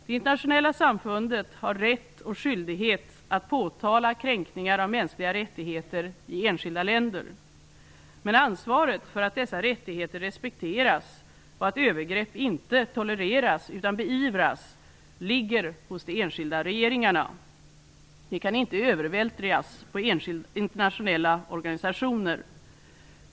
Det internationella samfundet har rätt och skyldighet att påtala kränkningar av mänskliga rättigheter i enskilda länder. Men ansvaret för att dessa rättigheter respekteras och att övergrepp inte tolereras utan beivras ligger hos de enskilda regeringarna. Det kan inte övervältras på internationella organisationer.